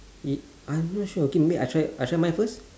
I'm not sure okay may I try I try mine first